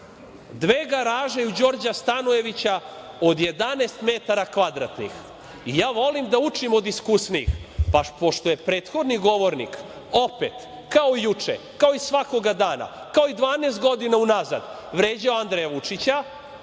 Dve garaže u Đorđa Stanojevića od 11 metara kvadratnih. Ja volim da učim od iskusnijih, pa pošto je prethodni govornik opet kao juče, kao i svakoga dana, kao i 12 godina unazad, vređao Andreja Vučića,